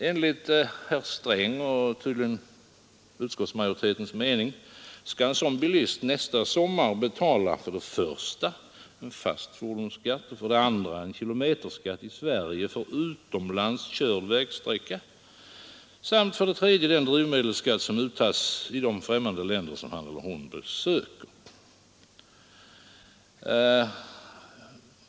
Enligt herr Strängs och tydligen också utskottsmajoritetens mening skall en sådan bilist nästa sommar betala för det första fast fordonsskatt, för det andra kilometerskatt i Sverige för utomlands körd vägsträcka samt för det tredje den drivmedelsskatt som uttages i de främmande länder som han eller hon besöker.